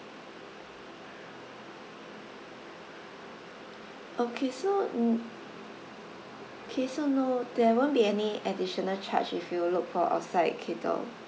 okay so mm okay so no there won't be any additional charge if you look for outside cater